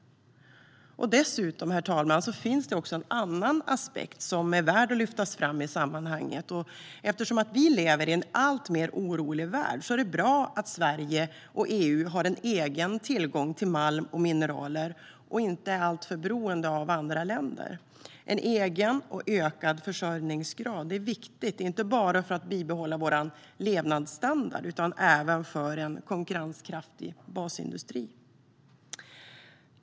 Dessutom, herr talman, finns det också en annan aspekt som är värd att lyfta fram i sammanhanget. Eftersom vi lever i en alltmer orolig värld är det bra att Sverige och EU har en egen tillgång till malm och mineraler och inte är alltför beroende av andra länder. En egen och ökad försörjningsgrad är viktig inte bara för att bibehålla vår levnadsstandard utan även för en konkurrenskraftig basindustri.